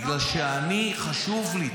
בגלל שאני, חשוב לי.